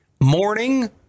morning